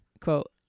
quote